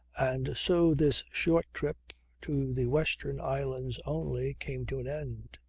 and so this short trip to the western islands only came to an end.